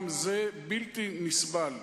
גם זה בלתי נסבל.